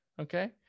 Okay